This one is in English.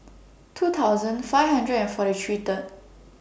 two thousand five hundred and forty three The